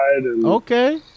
Okay